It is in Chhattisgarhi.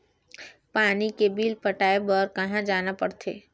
पानी के बिल पटाय बार कहा जाना पड़थे?